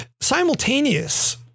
simultaneous